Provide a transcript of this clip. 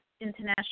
international